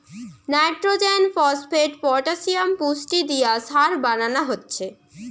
nitrogen, phosphate, potassium পুষ্টি দিয়ে সার বানানা হচ্ছে